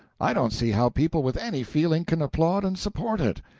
i don't see how people with any feeling can applaud and support it.